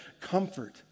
comfort